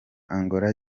angola